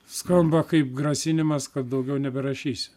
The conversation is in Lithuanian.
skamba kaip grasinimas kad daugiau neberašysiu